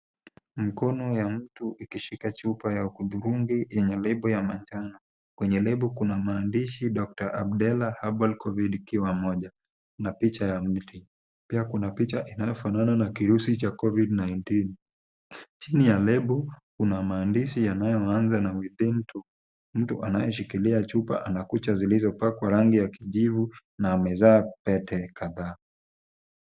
Mkono ya mtu ikishika chupa ya hudhurungi yenye label ya manjano. Kwenye label kuna maandishi Dr Abdela Herbal Covid ikiwa moja na picha ya mvi. Pia kuna picha inayofanana na kirusi cha Covid- 19 .Chini ya label kuna maandishi yanayoanza na within to. Mtu anayeshikilia chupa ana kucha zilizopakwa rangi ya kijivu na amezaa pete kadhaa.